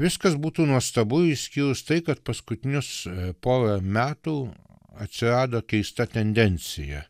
viskas būtų nuostabu išskyrus tai kad paskutinius porą metų atsirado keista tendencija